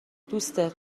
دوستت